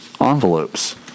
envelopes